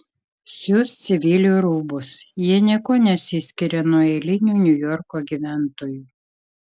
siūs civilių rūbus jie niekuo nesiskiria nuo eilinių niujorko gyventojų